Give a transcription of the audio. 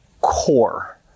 core